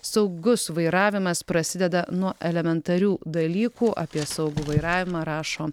saugus vairavimas prasideda nuo elementarių dalykų apie saugų vairavimą rašo